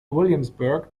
williamsburg